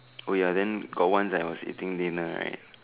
oh ya then got once I was eating dinner right